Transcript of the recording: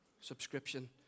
subscription